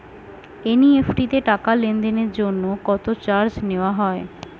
NEFT তে টাকা লেনদেনের জন্য কত চার্জ নেয়া হয়?